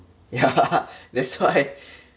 yeah that's why